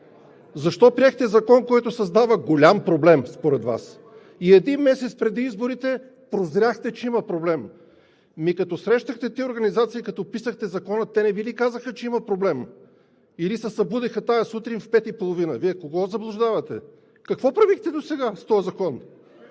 Защо приехте закон, който създава „голям проблем“ според Вас и един месец преди изборите прозряхте, че има проблем?! Ами като срещахте тези организации, като писахте Закона, те не Ви ли казаха, че има проблем? Или се събудиха тази сутрин в 5,30 ч.? Вие кого заблуждавате?! Какво правихте досега с този закон?